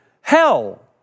hell